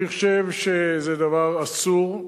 אני חושב שזה דבר אסור,